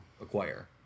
acquire